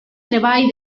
treball